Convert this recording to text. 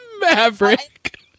Maverick